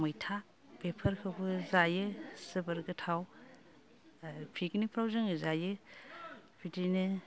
मैथा बेफोरखौबो जायो जोबोर गोथाव पिगनिकफ्राव जोङो जायो बिदिनो